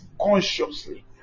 consciously